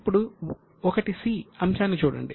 ఇప్పుడు '1 c' అంశాన్ని చూడండి